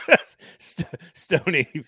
Stony